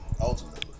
Ultimately